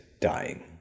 dying